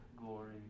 glory